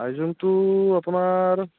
আইজোংটো আপোনাৰ